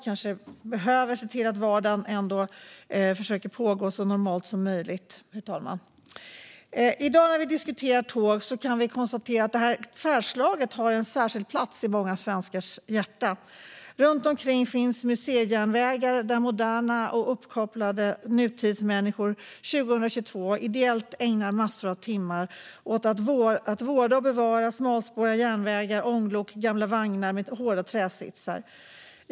Kanske behöver vi se till att vardagen ändå pågår så normalt som möjligt. I dag diskuterar vi alltså tåg. Färdslaget har en särskild plats i många svenskars hjärta. Runt omkring finns museijärnvägar där moderna och uppkopplade nutidsmänniskor 2022 ideellt ägnar massor av timmar åt att vårda och bevara smalspåriga järnvägar, ånglok och gamla vagnar med hårda träsitsar.